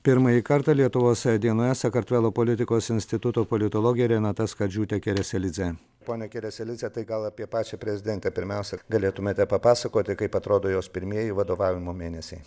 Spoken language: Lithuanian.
pirmąjį kartą lietuvos dienoje sakartvelo politikos instituto politologė renata skardžiūtėkereselidzė ponia kereselidze tai gal apie pačią prezidentę pirmiausia galėtumėte papasakoti kaip atrodo jos pirmieji vadovavimo mėnesiai